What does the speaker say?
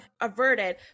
averted